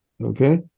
okay